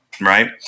right